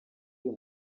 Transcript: uyu